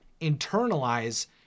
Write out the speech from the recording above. internalize